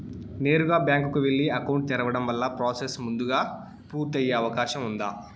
నేరుగా బ్యాంకు కు వెళ్లి అకౌంట్ తెరవడం వల్ల ప్రాసెస్ ముందుగా పూర్తి అయ్యే అవకాశం ఉందా?